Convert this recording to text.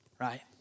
right